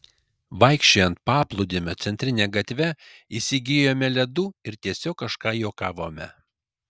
vaikščiojant paplūdimio centrine gatve įsigijome ledų ir tiesiog kažką juokavome